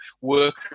work